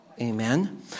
Amen